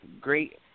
great